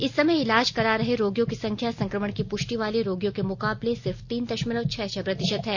इस समय इलाज करा रहे रोगियों की संख्या संक्रमण की पुष्टि वाले रोगियों के मुकाबले सिर्फ तीन दशमलव छह छह प्रतिशत है